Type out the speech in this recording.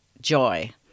joy